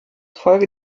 folge